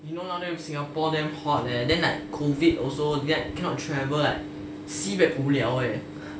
you know now singapore damn hot leh then like COVID also then cannot travel like sibeh 无聊 eh